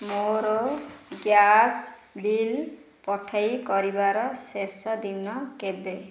ମୋର gas bill ପଇଠ କରିବାର ଶେଷ ଦିନ କେବେ